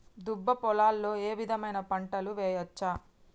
దుబ్బ పొలాల్లో ఏ విధమైన పంటలు వేయచ్చా?